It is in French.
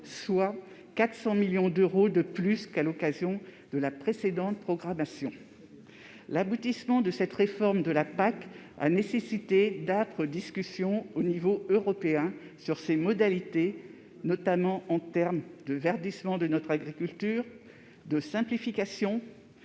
soit 400 millions d'euros de plus qu'à l'occasion de la précédente programmation. L'aboutissement de cette réforme a nécessité d'âpres discussions au niveau européen, notamment sur le verdissement de notre agriculture, la simplification,